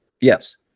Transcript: yes